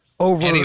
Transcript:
Over